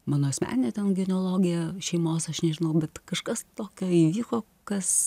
mano asmenine genealogija šeimos aš nežinau bet kažkas tokio įvyko kas